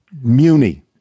Muni